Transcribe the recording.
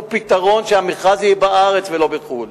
פתרון שהמכרז יהיה בארץ ולא בחו"ל.